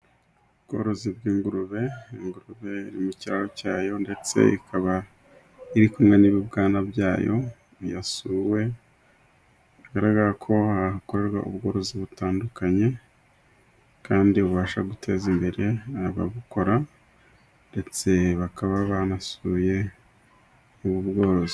Ubworozi bw'ingurube, ingurube iri mu kiraro cyayo, ndetse ikaba iri kumwe n'ibibwana byayo, yasuwe, bigaragara ko hakorerwa ubworozi butandukanye, kandi bubasha guteza imbere ababukora, ndetse bakaba banasuye ubu bworozi.